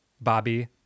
Bobby